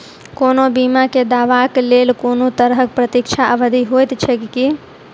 कोनो बीमा केँ दावाक लेल कोनों तरहक प्रतीक्षा अवधि होइत छैक की?